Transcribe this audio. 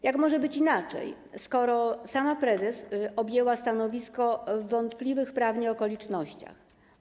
Jak może być inaczej, skoro sama prezes objęła stanowisko w wątpliwych prawnie okolicznościach?